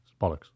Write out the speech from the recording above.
Bollocks